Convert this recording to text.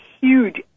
huge